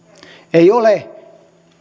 ei ole